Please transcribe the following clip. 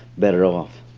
better off.